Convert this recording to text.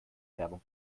werbung